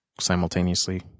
simultaneously